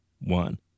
one